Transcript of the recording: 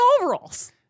overalls